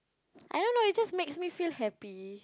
I don't know it just makes me feel happy